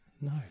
No